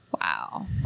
Wow